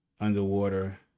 Underwater